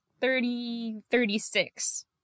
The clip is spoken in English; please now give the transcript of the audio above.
thirty—thirty-six